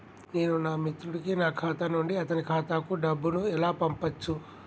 నేను నా మిత్రుడి కి నా ఖాతా నుండి అతని ఖాతా కు డబ్బు ను ఎలా పంపచ్చు?